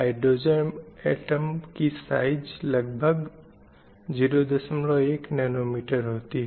hydrogen atom की size लगभग 01नैनोमीटर होती है